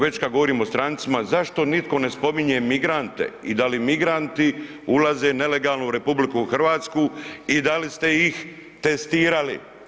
Već kad govorimo o strancima, zašto nitko ne spominje migrante i da li migranti ulaze nelegalno u RH i da li ste ih testirali?